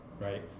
right